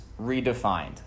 redefined